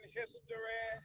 history